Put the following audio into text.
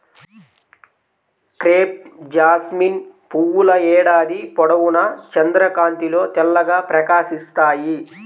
crepe jasmine పువ్వుల ఏడాది పొడవునా చంద్రకాంతిలో తెల్లగా ప్రకాశిస్తాయి